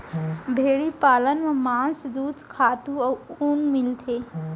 भेड़ी पालन म मांस, दूद, खातू अउ ऊन मिलथे